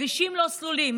כבישים לא סלולים,